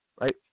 right